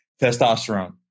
testosterone